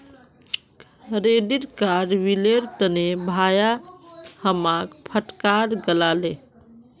credit card बिलेर तने भाया हमाक फटकार लगा ले